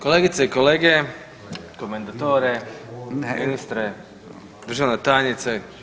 Kolegice i kolege, komendatore, ministre, državna tajnice.